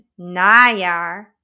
najaar